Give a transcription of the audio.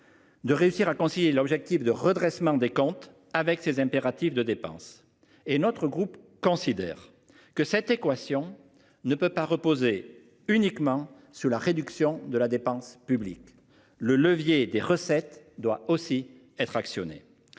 De réussir à concilier l'objectif de redressement des comptes avec ses impératifs de dépenses et notre groupe considère que cette équation ne peut pas reposer uniquement sur la réduction de la dépense publique le levier des recettes doit aussi être.